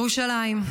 ירושלים.